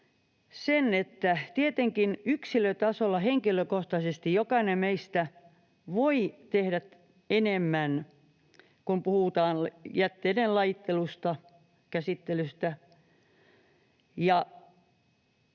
sen, että tietenkin yksilötasolla, henkilökohtaisesti jokainen meistä voi tehdä enemmän, kun puhutaan jätteiden lajittelusta, käsittelystä.